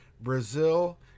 Brazil